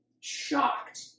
shocked